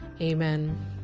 Amen